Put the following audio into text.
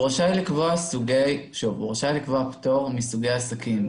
הוא רשאי לקבוע פטור מסוגי עסקים.